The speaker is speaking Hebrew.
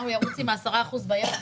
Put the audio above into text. מה, הוא ירוץ עם ה-10% ביד?